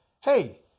hey